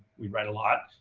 we write a lot.